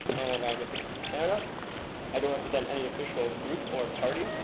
and i'm a citizen of canada. i don't represent any official group or party.